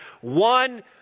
one